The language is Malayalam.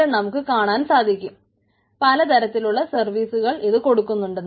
ഇവിടെ നമുക്ക് കാണാൻ സാധിക്കും പലതരത്തിലുള്ള സർവീസുകൾ ഇത് കൊടുക്കുന്നത്